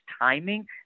timing